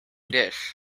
dish